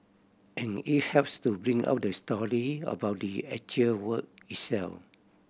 and it helps to bring out the story about the actual work itself